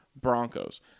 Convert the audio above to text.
Broncos